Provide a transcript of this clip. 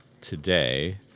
today